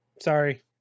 Sorry